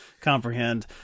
comprehend